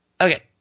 Okay